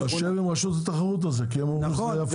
קשה לרשות התחרות בזה כי הם אומרים שזה הפוך.